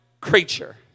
creature